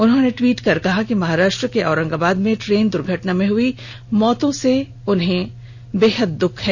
उन्होंने ट्विट में कहा है कि महाराष्ट्र के औरंगाबाद में ट्रेन दर्धटना में हई मौतों से वे दुखी है